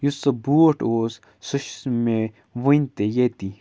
یُس سُہ بوٗٹ اوس سُہ چھُس مےٚ وٕنۍ تہِ ییٚتی